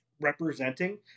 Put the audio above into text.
representing